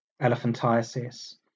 elephantiasis